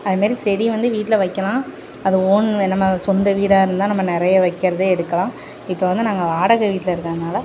அதுமாரி செடி வந்து வீட்டில் வைக்கலாம் அது ஓன் நம்ம சொந்த வீடாக இருந்தால் நம்ம நிறைய வைக்கிறதே எடுக்கலாம் இப்போ வந்து நாங்கள் வாடகை வீட்டில் இருக்கிறதுனால